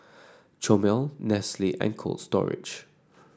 Chomel Nestle and Cold Storage